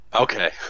Okay